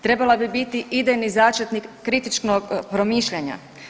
Trebala bi biti idejni začetnik kritičnog promišljanja.